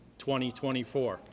2024